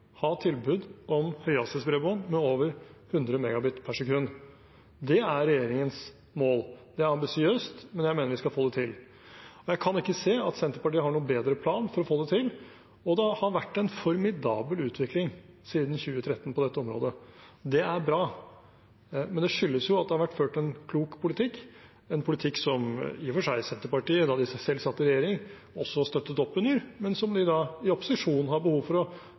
ha tilbud om høyhastighetsbredbånd med over 100 Mbit/s, det er regjeringens mål. Det er ambisiøst, men jeg mener vi skal få det til. Jeg kan ikke se at Senterpartiet har noen bedre plan for å få det til. Det har vært en formidabel utvikling siden 2013 på dette området. Det er bra, men det skyldes at det har vært ført en klok politikk, en politikk som i og for seg Senterpartiet, da de selv satt i regjering, også støttet opp under, men som de i opposisjon har behov for å